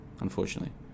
unfortunately